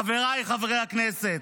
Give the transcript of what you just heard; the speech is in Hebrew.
חבריי חברי הכנסת,